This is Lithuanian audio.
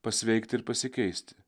pasveikti ir pasikeisti